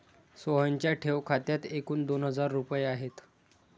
सोहनच्या ठेव खात्यात एकूण दोन हजार रुपये आहेत